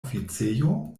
oficejo